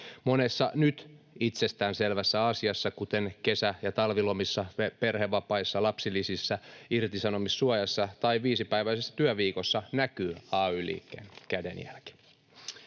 Monessa nyt itsestäänselvässä asiassa, kuten kesä- ja talvilomissa, perhevapaissa, lapsilisissä, irtisanomissuojassa tai viisipäiväisessä työviikossa, näkyy ay-liikkeen kädenjälki.